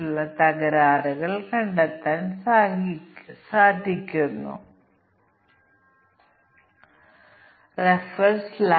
ഉദാഹരണത്തിന് വ്യവസ്ഥകളുടെ എണ്ണം ഇൻപുട്ട് വ്യവസ്ഥകൾ 50 ആകുകയും ഓരോന്നും ശരിയോ തെറ്റോ എടുക്കുകയോ അല്ലെങ്കിൽ ഒന്നിലധികം മൂല്യങ്ങൾ എടുക്കുകയോ ചെയ്യുന്ന ഒരു സാഹചര്യമുണ്ടെന്ന് നമുക്ക് പറയാം